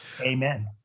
Amen